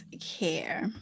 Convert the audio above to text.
care